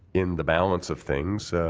in the balance of things,